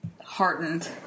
heartened